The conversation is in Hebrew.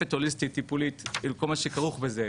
מעטפת הוליסטית טיפולית וכל מה שכרוך בזה,